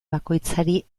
bakoitzari